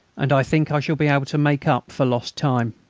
and i think i shall be able to make up for lost time.